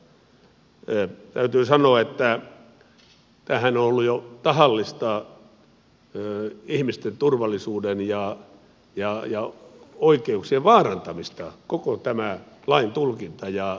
täytyy sanoa että tämähän on ollut jo tahallista ihmisten turvallisuuden ja oikeuksien vaarantamista koko tämä lain tulkinta ja käytäntö